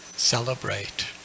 Celebrate